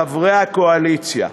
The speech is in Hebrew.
חברי הקואליציה,